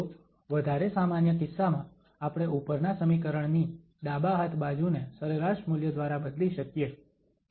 તો વધારે સામાન્ય કિસ્સામાં આપણે ઉપરના સમીકરણની ડાબા હાથ બાજુને સરેરાશ મૂલ્ય દ્વારા બદલી શકીએ કે જેની ચર્ચા પણ થઈ ગઈ છે